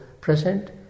present